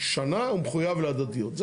שנה הוא מחויב להדדיות.